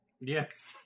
Yes